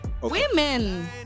Women